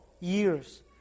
years